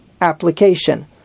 application